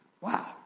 Wow